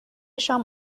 شام